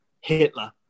Hitler